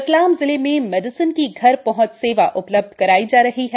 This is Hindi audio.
रतलाम जिले में मेडिसिन की घर पहुंच सेवा उपलब्ध कराई जा रही है